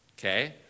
Okay